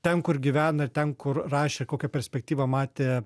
ten kur gyvena ir ten kur rašė kokią perspektyvą matė